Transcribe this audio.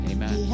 Amen